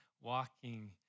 walking